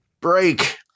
break